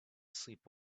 sleep